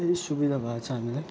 त्यही सुविधा भएको छ हामीलाई